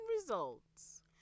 results